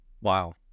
Wow